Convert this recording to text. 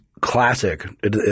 classic